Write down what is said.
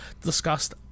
discussed